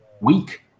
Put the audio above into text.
weak